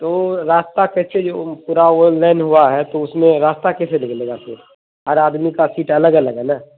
تو راستہ کیسے جو پورا آن لائن ہوا ہے تو اس میں راستہ کیسے نکلے گا پھر ہر آدمی کا سیٹ الگ الگ ہے نا